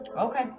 Okay